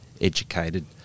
educated